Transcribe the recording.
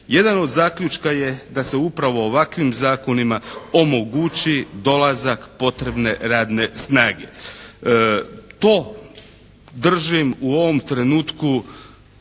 Jedan od zaključka je da se upravo ovakvim zakonima omogući dolazak potrebne radne snage. To držim u ovom trenutku